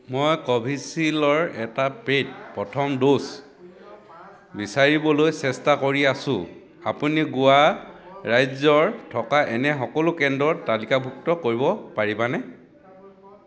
মই কোভিশ্ৱিলৰ এটা পে'ইড প্ৰথম ড'জ বিচাৰিবলৈ চেষ্টা কৰি আছোঁ আপুনি গোৱা ৰাজ্যত থকা এনে সকলো কেন্দ্ৰ তালিকাভুক্ত কৰিব পাৰিবানে